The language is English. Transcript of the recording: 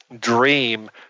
dream